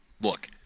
look